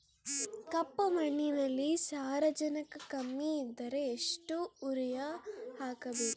ಕಪ್ಪು ಮಣ್ಣಿನಲ್ಲಿ ಸಾರಜನಕ ಕಮ್ಮಿ ಇದ್ದರೆ ಎಷ್ಟು ಯೂರಿಯಾ ಹಾಕಬೇಕು?